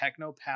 technopath